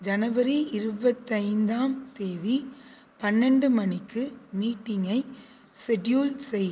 ஜனவரி இருபத்தைந்தாம் தேதி பன்னெண்டு மணிக்கு மீட்டிங்கை செட்யூல் செய்